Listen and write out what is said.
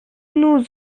nous